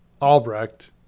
Albrecht